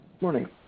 morning